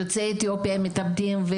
יוצאי אתיופיה מתאבדים,